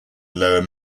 lower